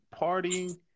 partying